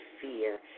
fear